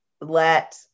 let